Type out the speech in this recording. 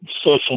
social